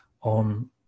on